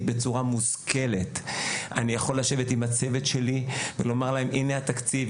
בצורה מושכלת; לשבת עם הצוות שלי ולומר להם: הנה התקציב,